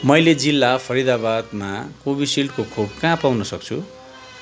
मैले जिल्ला फरिदाबादमा कोभिसिल्ड खोप कहाँ पाउन सक्छु